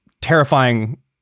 terrifying